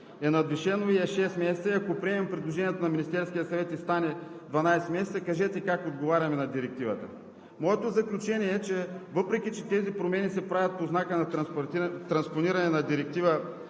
е надвишено и е шест месеца. Ако приемем предложението на Министерския съвет и стане 12 месеца, кажете как отговаряме на Директивата? Моето заключение е: въпреки че тези промени се правят под знака на транспониране на Директивата